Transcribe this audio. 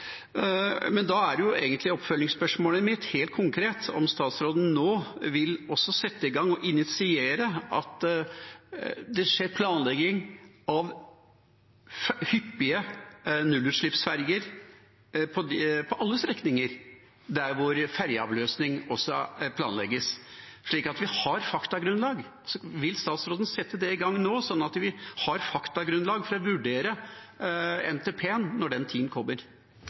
Men da er egentlig oppfølgingsspørsmålet mitt, helt konkret, om statsråden også vil sette i gang og initiere at det skjer planlegging av hyppige nullutslippsferger på alle strekninger der fergeavløsning også planlegges, slik at vi har et faktagrunnlag. Vil statsråden sette det i gang nå, så vi har et faktagrunnlag for å vurdere NTP-en når den tid kommer?